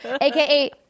AKA